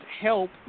help